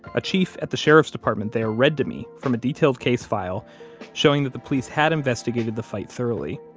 a chief at the sheriff's department there read to me from a detailed case file showing that the police had investigated the fight thoroughly,